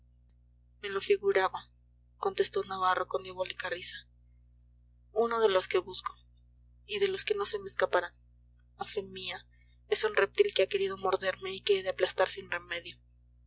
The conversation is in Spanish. me lo figuraba contestó navarro con diabólica risa uno de los que busco y de los que no se me escaparán a fe mía es un reptil que ha querido morderme y que he de aplastar sin remedio